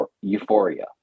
euphoria